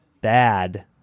bad